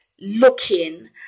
looking